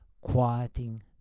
quieting